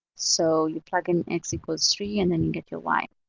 so you plug in x equals three, and then you get your y.